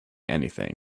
anything